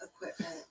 equipment